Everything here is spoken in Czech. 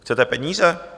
Chcete peníze?